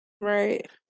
Right